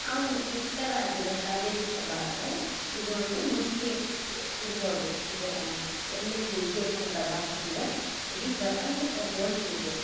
ಆ ಒಂದು ಪುಟ್ಟ ರಾಜ್ಯದ ಪ್ರಾದೇಶಿಕ ಭಾಷೆ ಇದು ಒಂದು ಮುಷ್ಟಿಯಷ್ಟು ಇರ್ಬೌದು ಇದರ ಎಲ್ಲೆಲ್ಲಿ ಇದೆ ಕನ್ನಡ ಭಾಷೆ ಅಂದರೆ ಇಡೀ ಪ್ರಪಂಚಕ್ಕೆ ಹೋಲಿಸಿದ್ರೆ